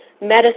medicine